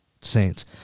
Saints